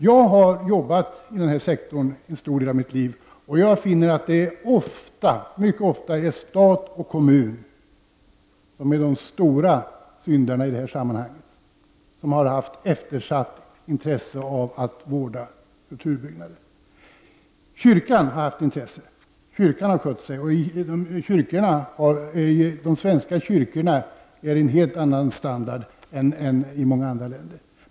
Jag har arbetat i den här sektorn under en stor del av mitt liv och jag finner att det mycket ofta är stat och kommun som är de stora syndarna i detta sammanhang. Det är de som har eftersatt vården av kulturbyarna. Kyrkan har haft intresse och har skött sig. De svenska kyrkorna har en helt annan standard än i många andra länder.